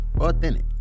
authentic